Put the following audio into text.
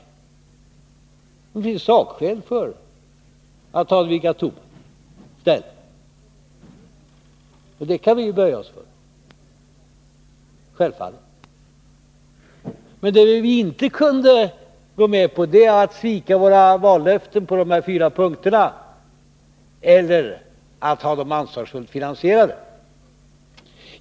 Men det finns sakskäl för att ta in dem via tobaken. Det kan vi självfallet böja oss för, men det vi inte kan gå med på är att svika våra fyra vallöften och kravet på att dessa skall vara ansvarsfullt finansierade.